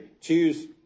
choose